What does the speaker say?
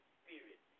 spirit